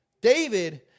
David